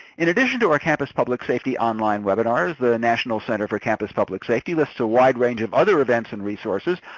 in addition to our campus public safety online webinars, the national center for campus public safety lists a wide range of other events and resources.